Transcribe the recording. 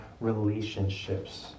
relationships